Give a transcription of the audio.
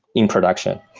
in production.